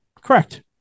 Correct